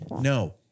no